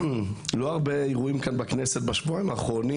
לא הרבה אירועים כאן בכנסת בשבועיים האחרונים